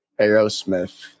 aerosmith